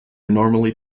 normally